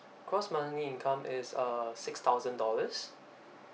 gross monthly income is uh six thousand dollars